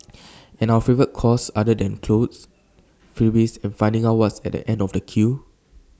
and our favourite cause other than clothes freebies and finding out what's at the end of A queue